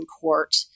court